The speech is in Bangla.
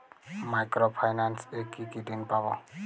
মাইক্রো ফাইন্যান্স এ কি কি ঋণ পাবো?